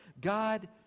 God